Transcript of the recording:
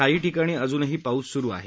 काही ठिकाणी अजूनही पाऊस सुरू आहे